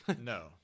No